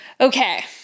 Okay